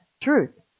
truth